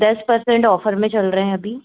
दस percent offer में चल रहे हें अभी